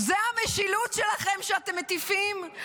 זה המשילות שלכם שאתם מטיפים לה?